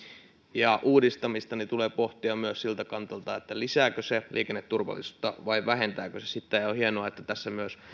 ja uudistamista tulee pohtia myös siltä kantilta lisääkö se liikenneturvallisuutta vai vähentääkö se sitä ja on hienoa että tässä myös